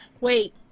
wait